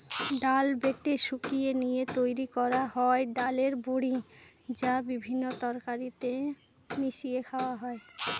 ডাল বেটে শুকিয়ে নিয়ে তৈরি করা হয় ডালের বড়ি, যা বিভিন্ন তরকারিতে মিশিয়ে খাওয়া হয়